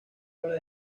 habla